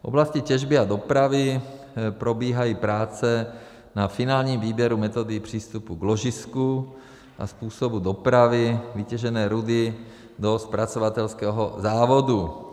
V oblasti těžby a dopravy probíhají práce na finálním výběru metody přístupu k ložisku a způsobu dopravy vytěžené rudy do zpracovatelského závodu.